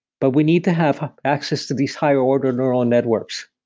but we need to have access to these higher order neural networks.